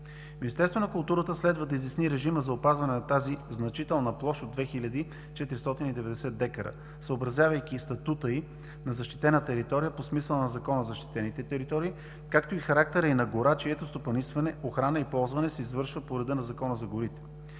Министерството на културата следва да изясни режима за опазване на тази значителна площ от 2490 декара, съобразявайки статута й на защитена територия по смисъла на Закона за защитените територии, както и характера й на гора, чието стопанисване, охрана и ползване се извършва по реда на Закона за горите.